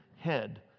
head